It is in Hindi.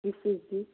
किस चीज़ की